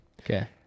Okay